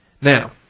Now